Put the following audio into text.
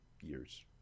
years